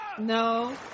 No